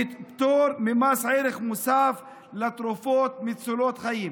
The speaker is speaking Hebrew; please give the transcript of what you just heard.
פטור ממס ערך מוסף על תרופות מצילות החיים.